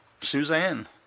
Suzanne